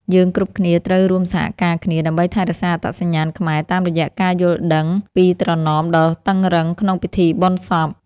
យើងគ្រប់គ្នាត្រូវរួមសហការគ្នា ដើម្បីថែរក្សាអត្តសញ្ញាណខ្មែរតាមរយៈការយល់ដឹងពីត្រណមដ៏តឹងរ៉ឹងក្នុងពិធីបុណ្យសព។